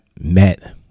met